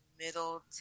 Middle